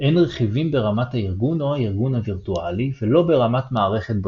הן רכיבים ברמת הארגון או הארגון הווירטואלי ולא ברמת מערכת בודדת,